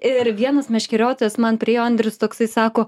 ir vienas meškeriotojas man priėjo andrius toksai sako